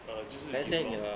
uh 就是你的